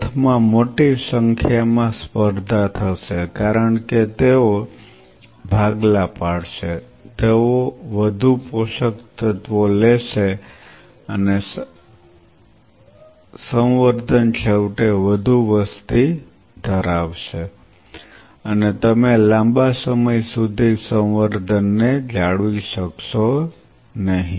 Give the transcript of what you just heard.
અર્થમાં મોટી સંખ્યામાં સ્પર્ધા થશે કારણ કે તેઓ ભાગલા પાડશે તેઓ વધુ પોષક તત્વો લેશે અને સંવર્ધન છેવટે વધુ વસ્તી ધરાવશે અને તમે લાંબા સમય સુધી સંવર્ધન ને જાળવી શકશો નહીં